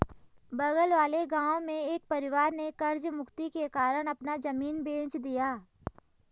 बगल वाले गांव में एक परिवार ने कर्ज मुक्ति के कारण अपना जमीन बेंच दिया